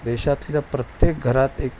देशातल्या प्रत्येक घरात एक